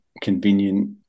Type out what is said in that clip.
convenient